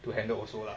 to handle also lah